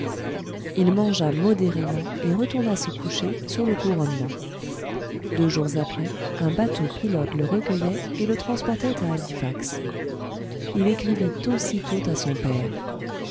il mangea modérément et retourna se coucher sur le couronnement deux jours après un bateau pilote le recueillait et le transportait à halifax il écrivit aussitôt à son père